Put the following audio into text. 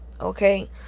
Okay